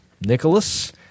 Nicholas